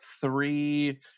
three